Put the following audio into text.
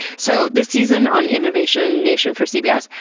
so this season on innovation nation for cbs,